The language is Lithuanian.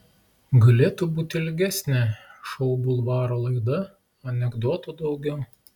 galėtų būti ilgesnė šou bulvaro laida anekdotų daugiau